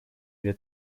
две